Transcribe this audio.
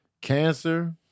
Cancer